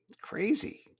crazy